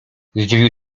zdziwił